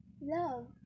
love